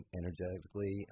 energetically